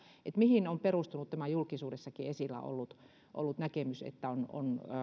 mihin on perustunut tämä julkisuudessakin esillä ollut ollut näkemys että